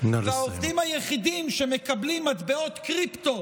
והעובדים היחידים שמקבלים מטבעות קריפטו